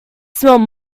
smelled